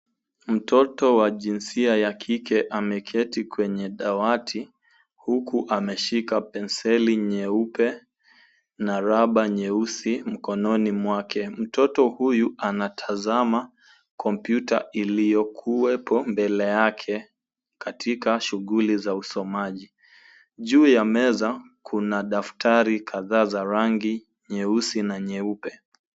Mtoto wa jinsia ya kike, ameketi kwenye dawati, huku ameshika penseli nyeupe na raba nyeusi mkononi mwake. Mtoto huyu, anatazama kompyuta iliyokuwepo mbele yake katika shughuli za usomaji. Juu ya meza, kuna daftari kadhaa za rangi nyeusi na nyeupe.